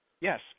Yes